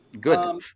good